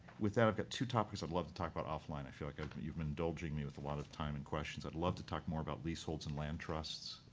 with that, i've got two topics i'd love to talk about offline. i feel like but you've indulged me with a lot of time and questions. i'd love to talk more about leaseholds and land trusts.